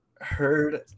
heard